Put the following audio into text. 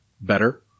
better